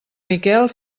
miquel